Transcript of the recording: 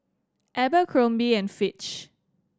Abercrombie and Fitch